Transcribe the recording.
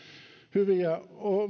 hyviä